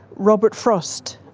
robert frost,